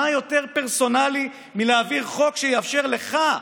מה יותר פרסונלי מלהעביר חוק שיאפשר לך,